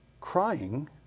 crying